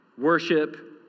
Worship